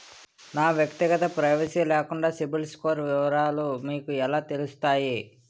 నా వ్యక్తిగత ప్రైవసీ లేకుండా సిబిల్ స్కోర్ వివరాలు మీకు ఎలా తెలుస్తాయి?